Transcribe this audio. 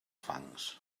fangs